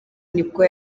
nibwo